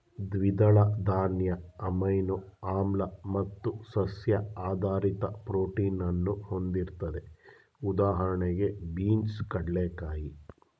ದ್ವಿದಳ ಧಾನ್ಯ ಅಮೈನೋ ಆಮ್ಲ ಮತ್ತು ಸಸ್ಯ ಆಧಾರಿತ ಪ್ರೋಟೀನನ್ನು ಹೊಂದಿರ್ತದೆ ಉದಾಹಣೆಗೆ ಬೀನ್ಸ್ ಕಡ್ಲೆಕಾಯಿ